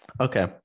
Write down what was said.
Okay